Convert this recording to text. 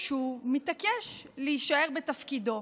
כשהוא מתעקש להישאר בתפקידו.